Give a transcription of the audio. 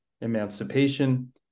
emancipation